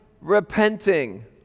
repenting